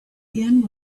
end